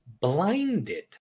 blinded